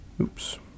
Oops